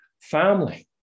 family